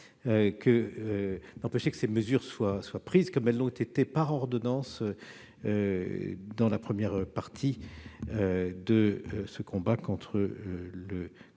que ces mesures soient prises comme elles l'ont été, par ordonnances, dans la première partie de ce combat contre le